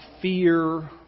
fear